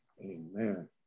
Amen